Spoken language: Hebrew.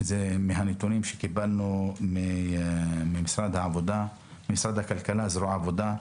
אלה הנתונים שקיבלנו ממשרד הכלכלה, מזרוע העבודה.